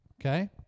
Okay